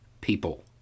people